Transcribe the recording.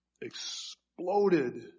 exploded